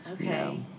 okay